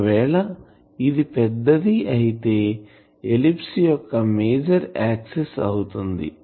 ఒకవేళ ఇది పెద్దది అయితే ఎలిప్స్ యొక్క మేజర్ ఆక్సిస్ అవుతుంది